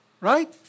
Right